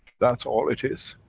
that's all it is.